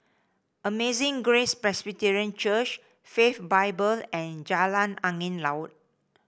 Amazing Grace Presbyterian Church Faith Bible and Jalan Angin Laut